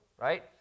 right